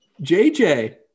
JJ